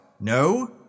No